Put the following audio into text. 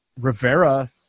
Rivera